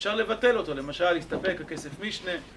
אפשר לבטל אותו, למשל, להסתפק בכסף משנה